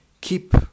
keep